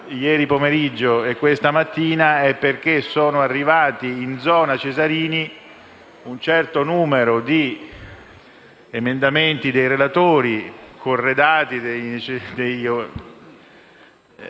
ieri pomeriggio e questa mattina è perché sono arrivati in zona Cesarini un certo numero di emendamenti dei relatori corredati